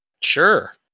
Sure